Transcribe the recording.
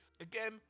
again